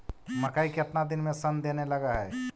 मकइ केतना दिन में शन देने लग है?